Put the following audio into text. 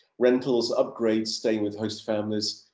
rentals, upgrades, stay with host families,